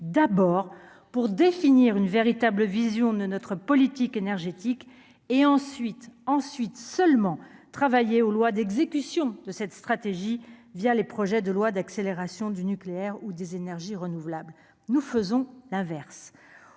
d'abord, pour définir une véritable vision de notre politique énergétique et, ensuite, ensuite seulement travailler aux lois d'exécution de cette stratégie, via les projets de loi d'accélération du nucléaire ou des énergies renouvelables, nous faisons l'inverse